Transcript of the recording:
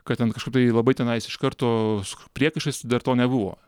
kad ten kažkaip tai labai tenais iš karto su kok priekaištais dar to nebuvo